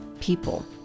people